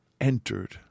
entered